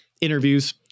interviews